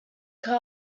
car